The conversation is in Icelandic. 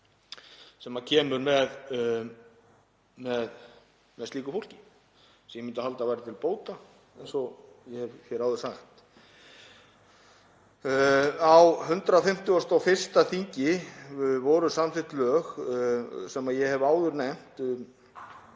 sem kemur með slíku fólki sem ég myndi halda að væri til bóta eins og ég hef áður sagt. Á 151. þingi voru samþykkt lög sem ég hef áður nefnt,